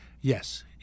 Yes